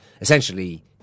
essentially